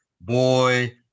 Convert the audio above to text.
Boy